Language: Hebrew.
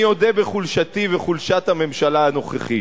אני אודה בחולשתי וחולשת הממשלה הנוכחית: